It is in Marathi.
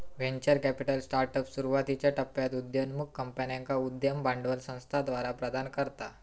व्हेंचर कॅपिटल स्टार्टअप्स, सुरुवातीच्यो टप्प्यात उदयोन्मुख कंपन्यांका उद्यम भांडवल संस्थाद्वारा प्रदान करता